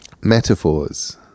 metaphors